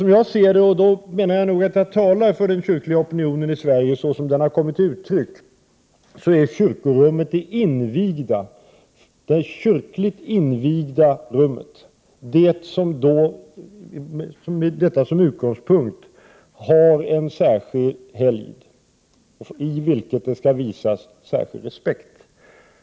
Som jag ser det är — och jag menar nog att jag talar för den kyrkliga opinionen i Sverige, såsom den har kommit till uttryck — kyrkorummet det kyrkligt invigda rummet. Det har en särskild helgd, vilken skall visas särskild respekt.